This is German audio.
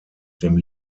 dem